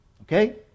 Okay